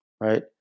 right